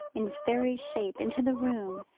in fairy shape, into the room,